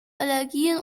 allergien